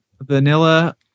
Vanilla